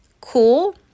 cool